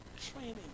training